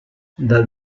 dal